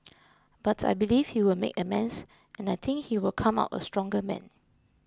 but I believe he will make amends and I think he will come out a stronger man